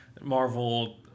Marvel